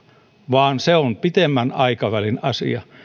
vaan se on pidemmän aikavälin asia